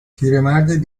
پیرمرد